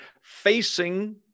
facing